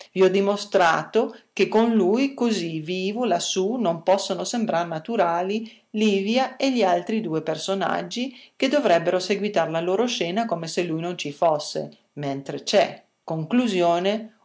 ho dimostrato che con lui così vivo lassù non possono sembrar naturali livia e gli altri due personaggi che dovrebbero seguitar la loro scena come se lui non ci fosse mentre c'è conclusione